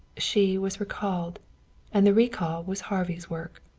she was recalled and the recall was harvey's work.